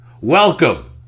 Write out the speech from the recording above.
Welcome